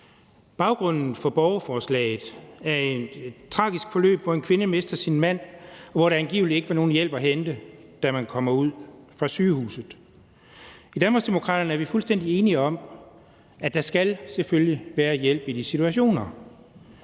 Baggrunden for borgerforslaget er et tragisk forløb, hvor en kvinde mistede sin mand, og hvor der angiveligt ikke var nogen hjælp at hente, da hun kom ud fra sygehuset. I Danmarksdemokraterne er vi fuldstændig enige i, at der selvfølgelig skal være hjælp i de situationer.